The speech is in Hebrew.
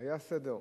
היה סדר,